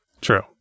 True